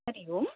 हरिः ओम्